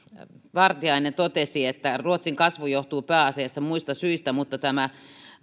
vartiainen totesi että ruotsin kasvu johtuu pääasiassa muista syistä mutta tämä